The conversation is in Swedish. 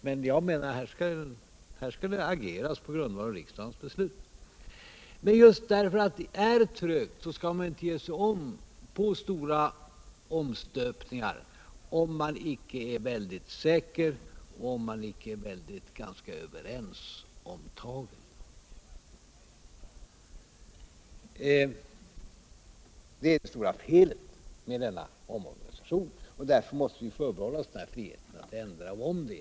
men jag menar att det skall ageras på grundval av riksdagens beslut. Just därför att det är trögt skall man inte ge sig på stora omstöpningar om man inte är väldigt säker. om man inte är överens om tagen. Det är det stora felet med denna omorganisation, och därför måste vi förbehålla oss den här friheten att ändra beslutet.